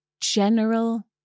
general